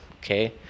okay